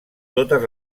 totes